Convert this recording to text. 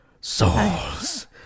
Souls